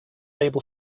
able